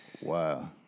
Wow